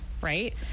Right